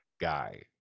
guy